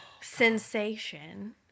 sensation